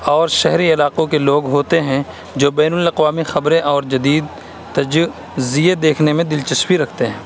اور شہری علاقوں کے لوگ ہوتے ہیں جو بین الاقوامی خبریں اور جدید تجزیے دیکھنے میں دلچسپی رکھتے ہیں